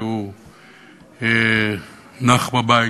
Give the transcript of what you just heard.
שנח בבית,